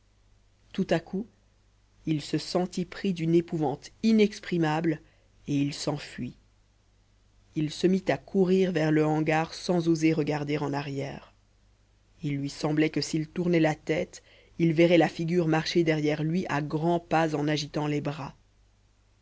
tout à coup il se sentit pris d'une épouvante inexprimable et il s'enfuit il se mit à courir vers le hangar sans oser regarder en arrière il lui semblait que s'il tournait la tête il verrait la figure marcher derrière lui à grands pas en agitant les bras